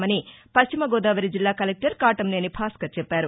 అని పశ్చిమ గోదావరి జిల్లా కలెక్టర్ కాటంనేని భాస్కర్ చెప్పారు